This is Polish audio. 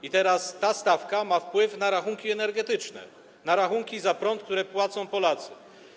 I teraz ta stawka ma wpływ na rachunki energetyczne, na rachunki za prąd, które płacą Polacy.